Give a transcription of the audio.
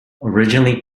originally